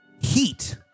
heat